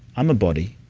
i'm a body.